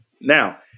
Now